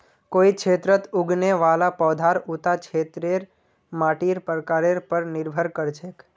कोई क्षेत्रत उगने वाला पौधार उता क्षेत्रेर मातीर प्रकारेर पर निर्भर कर छेक